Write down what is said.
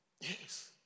yes